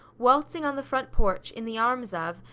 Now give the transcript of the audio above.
waltzing on the front porch in the arms of,